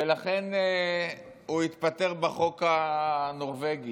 ולכן הוא התפטר בחוק הנורבגי.